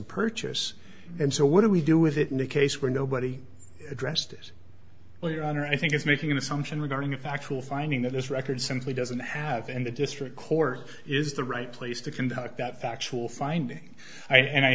purchase and so what do we do with it in a case where nobody addressed this well your honor i think is making an assumption regarding a factual finding that this record simply doesn't have and the district court is the right place to conduct that factual finding and i